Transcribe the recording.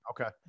Okay